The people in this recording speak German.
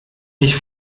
mich